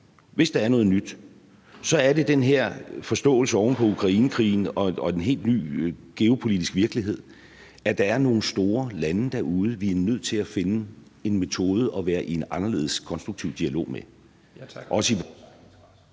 hvis der er noget nyt, er det den her forståelse oven på Ukrainekrigen og en helt ny geopolitisk virkelighed, at der er nogle store lande derude, vi er nødt til at finde en metode til at være i en anderledes konstruktiv dialog med.